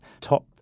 top